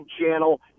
channel